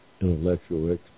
intellectual